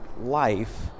life